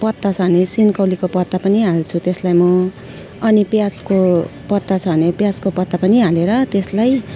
पत्ता छ भने सिन्कौलीको पत्ता पनि हाल्छु त्यसलाई म अनि प्याजको पत्ता छ भने प्याजको पत्ता पनि हालेर त्यसलाई